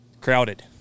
Crowded